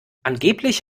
angeblich